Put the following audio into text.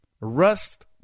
Rust